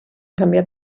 canviat